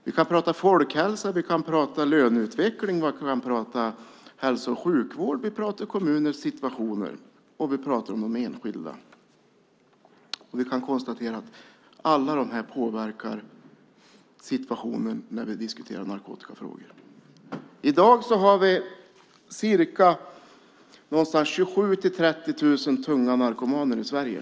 Vi kan prata om folkhälsa, löneutveckling, hälso och sjukvård, kommunernas situationer och de enskilda, och vi kan konstatera att allt detta påverkar situationen när vi diskuterar narkotikafrågor. I dag har vi ca 27 000-30 000 tunga narkomaner i Sverige.